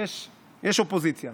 יש אופוזיציה.